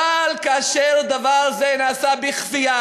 אבל כאשר דבר זה נעשה בכפייה,